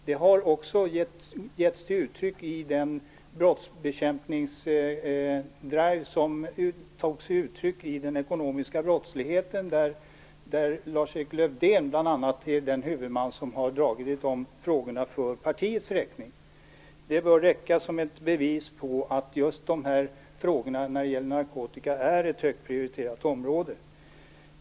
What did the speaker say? Det har också kommit till uttryck i den brottsbekämpningsdrive vad gäller ekonomisk brottslighet där bl.a. Lars-Erik Lövdén är huvudman och den som har arbetat med frågorna för partiets räkning. Det bör räcka som bevis på att just de här frågorna, när det gäller narkotika, är högt prioriterade.